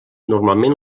normalment